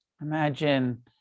imagine